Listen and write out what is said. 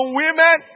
women